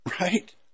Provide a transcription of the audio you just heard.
Right